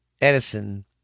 Edison